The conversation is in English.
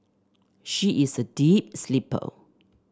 she is a deep sleeper